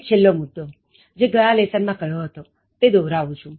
અને છેલ્લો મુદ્દો જે ગયા લેસન માં કહ્યો હતો તે દોહરાવું છું